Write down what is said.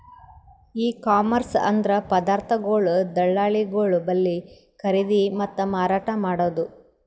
E commerce ಅಂದ್ರ ಪದಾರ್ಥಗೊಳ್ ದಳ್ಳಾಳಿಗೊಳ್ ಬಲ್ಲಿ ಖರೀದಿ ಮತ್ತ್ ಮಾರಾಟ್ ಮಾಡದು